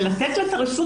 ולתת לה את הרשות,